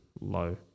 low